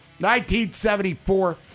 1974